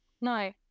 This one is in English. no